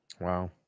Wow